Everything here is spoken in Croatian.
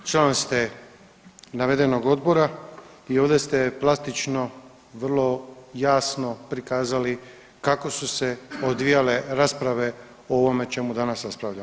Član ste navedenog odbora i ovdje ste plastično vrlo jasno prikazali kako su se odvijale rasprave o ovome o čemu danas raspravljamo.